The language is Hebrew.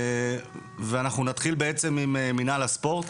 ואנחנו נתחיל עם מינהל הספורט.